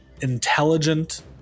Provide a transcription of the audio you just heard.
intelligent